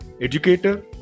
educator